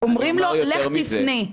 אומרים לו: לך תפנה.